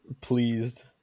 pleased